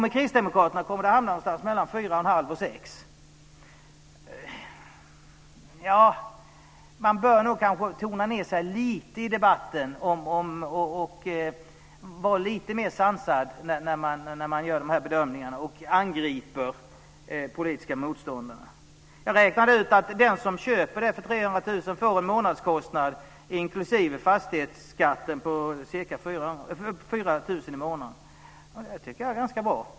Med Kristdemokraternas förslag hamnar det kring 4 500-6 000 kr - ja, man bör nog tona ned debatten lite grann och vara lite mer sansad när man gör de här bedömningarna och angriper politiska motståndare. Jag har räknat ut att den som köper fastigheten för 300 000 kr får en månadskostnad, inklusive fastighetsskatten, på ca 4 000 kr. Det tycker jag är ganska bra.